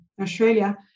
Australia